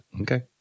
Okay